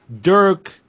Dirk